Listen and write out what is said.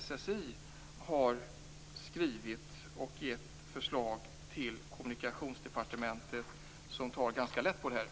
SSI har skrivit och gett förslag till Kommunikationsdepartementet, som tar ganska lätt på detta.